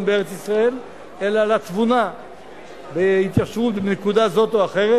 בארץ-ישראל אלא על התבונה בהתיישבות בנקודה זאת או אחרת,